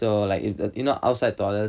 so like you you know outside toilets